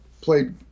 played